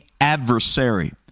adversary